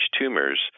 tumors